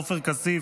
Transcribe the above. עופר כסיף,